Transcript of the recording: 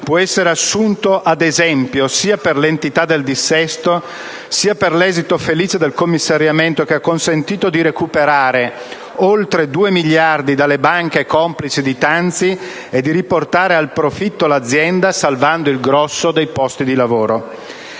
può essere assunto ad esempio sia per l'entità del dissesto, sia per l'esito felice del commissariamento, che ha consentito di recuperare oltre 2 miliardi dalle banche complici di Tanzi e di riportare al profitto l'azienda, salvando il grosso dei posti di lavoro.